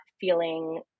feeling